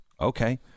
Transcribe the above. Okay